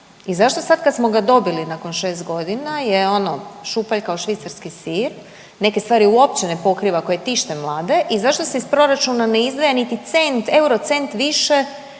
I zašto sad kad smo ga dobili nakon šest godina je ono šupalj kao švicarski sir? Neke stvari uopće ne pokriva koje tište mlade i zašto se iz proračuna ne izdvaja niti cent, euro cent više